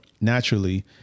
naturally